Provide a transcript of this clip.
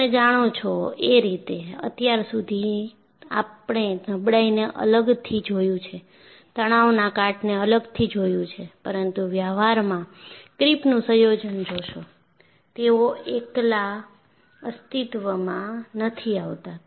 તમે જાણો છો એ રીતે અત્યાર સુધી આપણે નબળાઈને અલગથી જોયુ છે તણાવના કાટને અલગથી જોયુ છે પરંતુ વ્યવહારમાં ક્રિપનું સંયોજન જોશો તેઓ એકલા અસ્તિત્વમાં નથી આવતા